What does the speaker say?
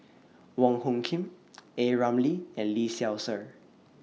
Wong Hung Khim A Ramli and Lee Seow Ser